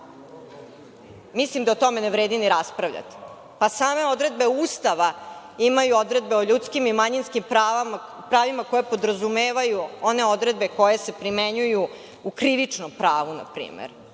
mislim da o tome ne vredi ni raspravljati. Same odredbe Ustava imaju odredbe o ljudskim i manjinskim pravima koja podrazumevaju one odredbe koje se primenjuju u krivičnom pravu, ali